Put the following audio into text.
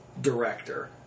director